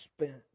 spent